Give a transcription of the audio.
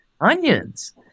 onions